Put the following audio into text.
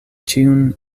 ĉiun